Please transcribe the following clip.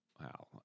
Wow